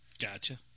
Gotcha